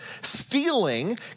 Stealing